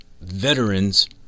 veterans